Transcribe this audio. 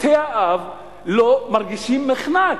בתי-האב מרגישים מחנק.